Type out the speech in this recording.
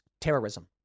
terrorism